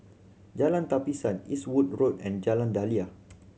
Jalan Tapisan Eastwood Road and Jalan Daliah